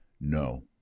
No